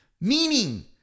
Meaning